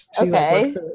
okay